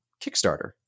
Kickstarter